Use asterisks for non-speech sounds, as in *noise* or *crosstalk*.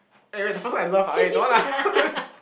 eh wait the person I love ah eh don't want lah *laughs*